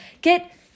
Get